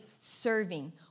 serving